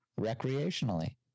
recreationally